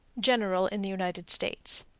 general in the united states.